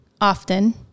often